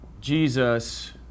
Jesus